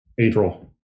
April